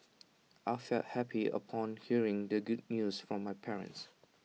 I felt happy upon hearing the good news from my parents